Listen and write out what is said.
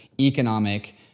economic